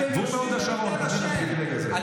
והוא מהוד השרון, הפריבילג הזה, אתה מבין?